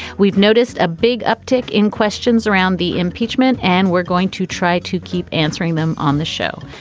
we've noticed a big uptick in questions around the impeachment and we're going to try to keep answering them on the show.